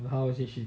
how was it